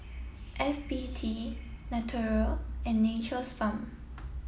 F B T Naturel and Nature's Farm